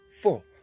four